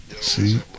see